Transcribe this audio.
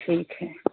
ठीक है